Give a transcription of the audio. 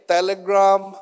Telegram